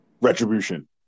Retribution